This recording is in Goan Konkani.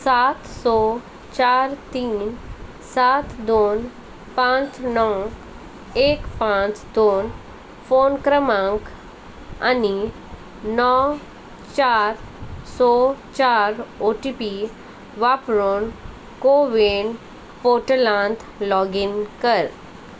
सात स चार तीन सात दोन पांच णव एक पांच दोन फोन क्रमांक आनी णव चार स चार ओ टी पी वापरून कोवीन पोर्टलांत लॉगीन कर